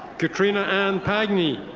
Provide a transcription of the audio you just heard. katrina ann pagni.